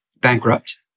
bankrupt